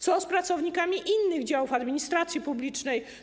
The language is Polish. Co z pracownikami innych działów administracji publicznej?